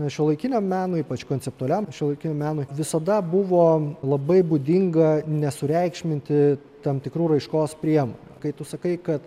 nes šiuolaikiniam menui ypač konceptualiam šiuolaikiniam menui visada buvo labai būdinga nesureikšminti tam tikrų raiškos priemonių kai tu sakai kad